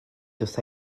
wrtha